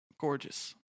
Gorgeous